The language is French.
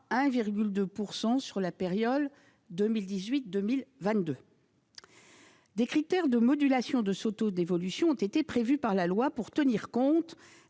1,2 % sur la période 2018-2022. Des critères de modulation de ce taux d'évolution ont été prévus par la loi, pour tenir compte